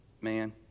man